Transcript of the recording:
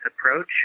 approach